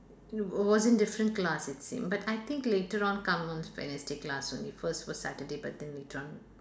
It was in different class it seem but I think later on come on Wednesday class only first first Saturday but then they tryi~